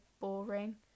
boring